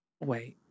Wait